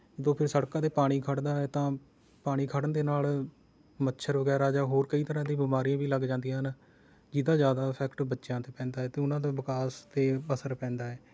ਜਦੋਂ ਫਿਰ ਸੜਕਾਂ 'ਤੇ ਪਾਣੀ ਖੜ੍ਹਦਾ ਹੈ ਤਾਂ ਪਾਣੀ ਖੜ੍ਹਨ ਦੇ ਨਾਲ ਮੱਛਰ ਵਗੈਰਾ ਜਾਂ ਹੋਰ ਕਈ ਤਰਾਂ ਦੀ ਬਿਮਾਰੀਆਂ ਵੀ ਲੱਗ ਜਾਂਦੀਆਂ ਹਨ ਜਿਹਦਾ ਜ਼ਿਆਦਾ ਇਫ਼ੇਕਟ ਬੱਚਿਆ 'ਤੇ ਪੈਂਦਾ ਹੈ ਅਤੇ ਉਹਨਾਂ ਦਾ ਵਿਕਾਸ 'ਤੇ ਅਸਰ ਪੈਂਦਾ ਹੈ